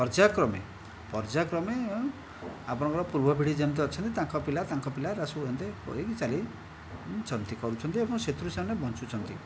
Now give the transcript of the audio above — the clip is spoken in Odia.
ପର୍ଯ୍ୟାୟକ୍ରମେ ପର୍ଯ୍ୟାୟକ୍ରମେ ଆପଣଙ୍କର ପୂର୍ବ ପିଢ଼ି ଯେମିତି ଅଛନ୍ତି ତାଙ୍କ ପିଲା ତାଙ୍କ ପିଲା ଏଗୁଡ଼ା ସବୁ ଏମିତି କରିକି ଚାଲିଛନ୍ତି କରୁଛନ୍ତି ଏବଂ ସେଥିରୁ ସେମାନେ ବଞ୍ଚୁଛନ୍ତି